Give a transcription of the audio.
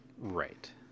Right